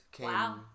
Wow